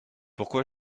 pourquoi